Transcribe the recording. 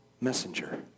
messenger